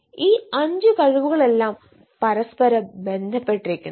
ഈ അഞ്ച് കഴിവുകളെല്ലാം പരസ്പരം ബന്ധപ്പെട്ടിരിക്കുന്നു